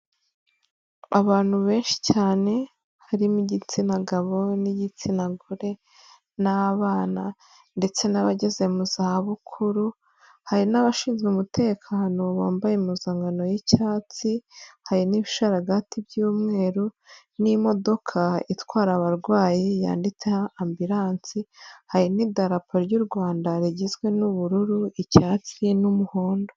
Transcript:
Abantu benshi cyane harimo igitsina gabo n'igitsina gore n'abana ndetse n'abageze mu zabukuru, hari n'abashinzwe umutekano bambaye impuzankano y'icyatsi, hari n'ibisharagati by'umweru n'imodoka itwara abarwayi yanditseho ambiransi, hari n'idarapo ry'u Rwanda rigizwe n'ubururu, icyatsi n'umuhondo.